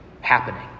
happening